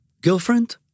girlfriend